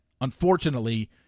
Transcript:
Unfortunately